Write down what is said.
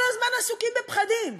כל הזמן עסוקים בפחדים.